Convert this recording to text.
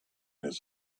his